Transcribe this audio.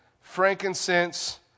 frankincense